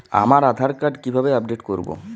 আমার আধার কার্ড কিভাবে আপডেট করব?